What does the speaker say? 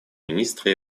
министра